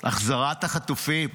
החזרת החטופים.